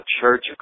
church